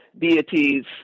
deities